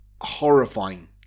horrifying